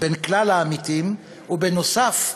בין כלל העמיתים, ובנוסף,